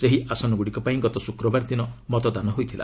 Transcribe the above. ସେହି ଆସନଗୁଡ଼ିକ ପାଇଁ ଗତ ଶୁକ୍ରବାର ଦିନ ମତଦାନ ହୋଇଥିଲା